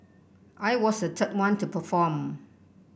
I was the third one to perform